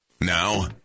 Now